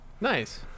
Nice